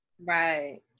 Right